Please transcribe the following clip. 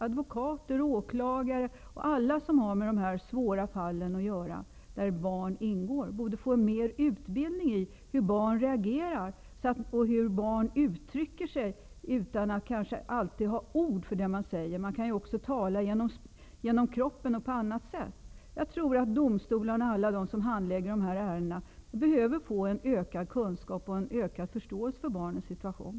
Advokater, åklagare och alla andra som har att göra med dessa svåra fall där barn ingår borde få mer utbildning om hur barn reagerar och uttrycker sig, utan att kanske alltid ha ord för det som de säger. Man också tala med kroppen och på annat sätt. Jag tror att domstolarna och alla andra som handlägger dessa ärenden behöver få en ökad kunskap och en större förståelse för barnets situation.